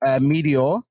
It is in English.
Meteor